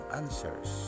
answers